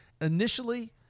initially